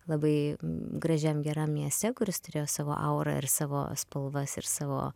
labai gražiam geram mieste kuris turėjo savo aurą ir savo spalvas ir savo